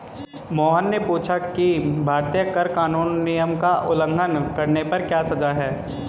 मोहन ने पूछा कि भारतीय कर कानून नियम का उल्लंघन करने पर क्या सजा है?